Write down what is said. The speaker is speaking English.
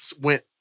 went